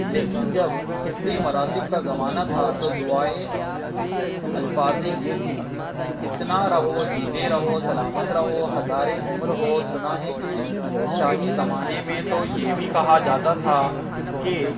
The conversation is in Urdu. لیکن جب حفظ مراتب کا زمانہ تھا تو دعائیں الفاظیں یہ تھی جتنا رہو جیتے رہو سلامت رہو ہزاریں عمر ہو سنا ہے کہ شاہی زمانے میں تو یہ بھی کہا جاتا تھا کہ